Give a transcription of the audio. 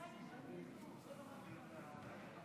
שלוש דקות.